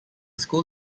school